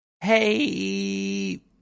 hey